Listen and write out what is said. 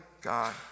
God